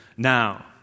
Now